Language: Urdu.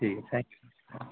ٹھیک ہے تھینک